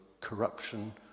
corruption